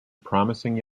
promising